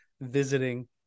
visiting